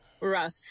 rough